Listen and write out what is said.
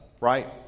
right